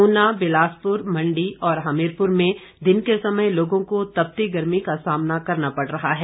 ऊना बिलासपुर मंडी और हमीरपुर में दिन के समय लोगों को तपती गर्मी का सामना करना पड़ रहा है